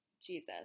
Jesus